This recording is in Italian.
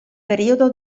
periodo